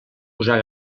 posar